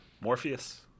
Morpheus